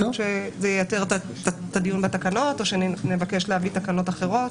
יכול להיות שזה ייתר את הדיון בתקנות או שנבקש להביא תקנות אחרות.